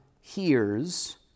hears